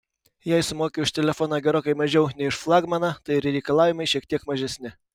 jei sumoki už telefoną gerokai mažiau nei už flagmaną tai ir reikalavimai šiek tiek mažesni